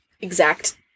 exact